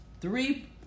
Three